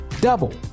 double